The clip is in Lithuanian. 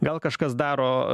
gal kažkas daro